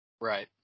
Right